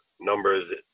numbers